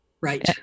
Right